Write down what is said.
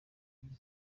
muri